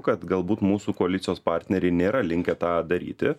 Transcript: kad galbūt mūsų koalicijos partneriai nėra linkę tą daryti